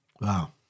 Wow